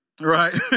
Right